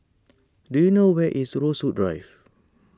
do you know where is Rosewood Drive